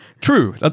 True